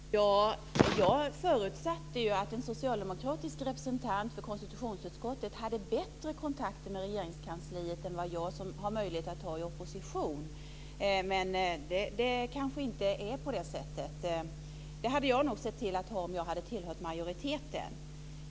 Herr talman! Jag förutsatte att en socialdemokratisk representant för konstitutionsutskottet hade bättre kontakt med Regeringskansliet än vad jag har möjlighet att ha i opposition. Men det kanske inte är på det sättet. Det hade jag nog sett till att ha om jag hade tillhört majoriteten.